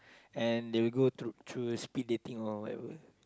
and they will go through through speed dating or whatever